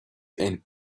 and